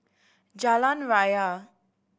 Jalan Raya